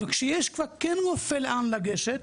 אבל כשיש כבר רופא ולאן לגשת,